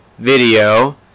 video